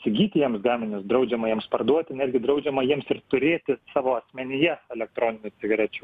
įsigyti jiems gaminius draudžiama jiems parduoti netgi draudžiama jiems ir turėti savo asmenyje elektroninių cigarečių